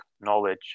knowledge